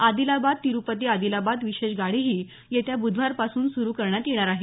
आदिलाबाद तिरुपती आदिलाबाद विशेष गाडीही येत्या बुधवारपासून सुरु करण्यात येणार आहे